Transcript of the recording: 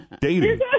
Dating